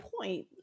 point